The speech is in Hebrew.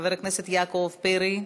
חבר הכנסת יעקב פרי,